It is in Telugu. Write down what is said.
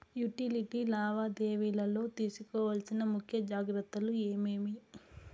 యుటిలిటీ లావాదేవీల లో తీసుకోవాల్సిన ముఖ్య జాగ్రత్తలు ఏమేమి?